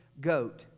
goat